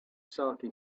saké